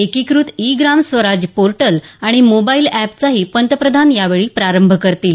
एकीकृत e Gram Swaraj portal आणि mobile एपचाही पंतप्रधान यावेळी प्रारंभ करतील